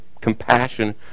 compassion